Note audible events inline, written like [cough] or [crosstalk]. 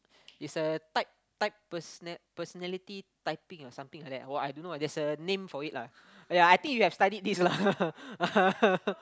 it's a type type personal~ personality typing or something like that or I don't know there's a name for it lah ya I think you have studied this lah [laughs]